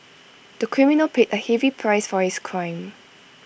the criminal paid A heavy price for his crime